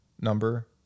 number